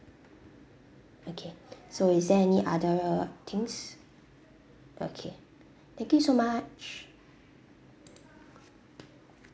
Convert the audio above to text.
okay so is there any other things okay thank you so much